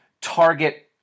target